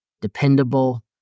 dependable